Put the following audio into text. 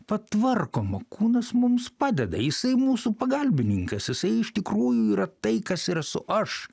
patvarkoma kūnas mums padeda jisai mūsų pagalbininkas jisai iš tikrųjų yra tai kas ir esu aš